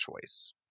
choice